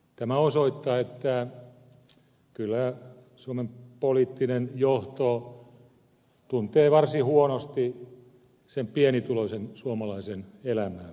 tämä osoittaa että kyllä suomen poliittinen johto tuntee varsin huonosti sen pienituloisen suomalaisen elämää